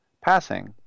passing